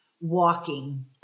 Walking